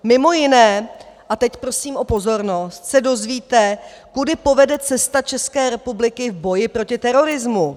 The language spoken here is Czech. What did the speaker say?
Mimo jiné, a teď prosím o pozornost, se dozvíte, kudy povede cesta České republiky v boji proti terorismu.